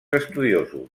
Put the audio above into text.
estudiosos